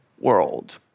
world